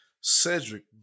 Cedric